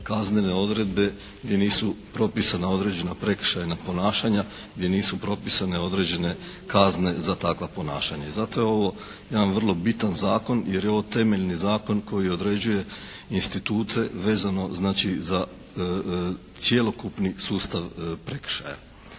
kaznene odredbe gdje nisu propisana određena prekršajna ponašanja, gdje nisu propisane određene kazne za takva ponašanja. I zato je ovo jedan vrlo bitan zakon jer je ovo temeljni zakon koji određuje institute vezano znači za cjelokupni sustav prekršaja.